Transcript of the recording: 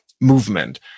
movement